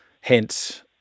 Hence